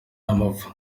amapfa